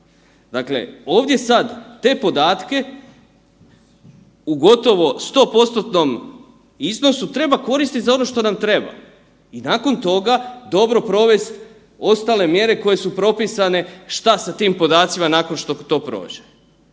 Dakle, ovdje sad te podatke u gotovo 100%-tnom iznosu treba koristit za ono šta nam treba i nakon toga dobro provest ostale mjere koje su propisane šta sa tim podacima nakon što to prođe.